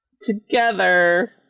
together